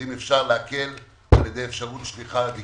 אם אפשר להקל על ידי אפשרות שליחה דיגיטלית.